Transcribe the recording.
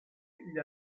gli